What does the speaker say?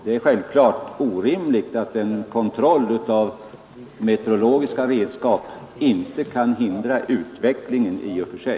Det är självklart att en kontroll av metrologiska redskap inte kan hindra utvecklingen i och för sig.